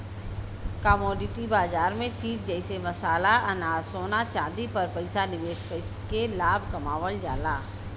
commodity बाजार में चीज जइसे मसाला अनाज सोना चांदी पर पैसा निवेश कइके लाभ कमावल जाला